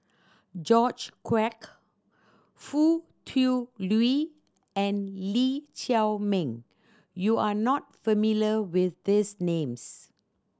George Quek Foo Tui Liew and Lee Chiaw Meng you are not familiar with these names